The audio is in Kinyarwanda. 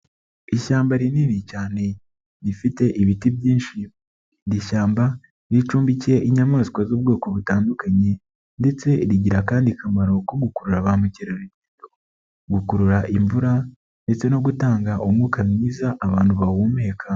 Ishyamba rinini cyane rifite ibiti byinshi, iri shyamba ricumbikiye inyamanswa z'ubwoko butandukanye ndetse rigira akandi kamaro ko gukurura ba mukerarugendo, gukurura imvura ndetse no gutanga umwuka mwiza abantu bahumeka.